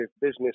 business